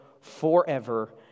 forever